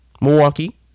Milwaukee